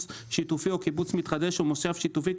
שיתופי או קיבוץ מתחדש או מושב שיתופי,